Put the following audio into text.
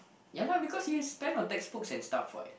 ya lah because you spend on textbooks and stuff what